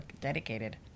dedicated